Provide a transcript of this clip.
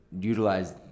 utilize